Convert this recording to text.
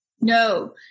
No